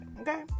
okay